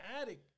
attic